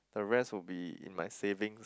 the rest would be in my savings